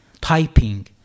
typing